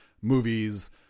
movies